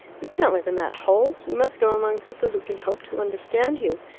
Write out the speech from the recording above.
you can't live in that hole you must go among people who can hope to understand you.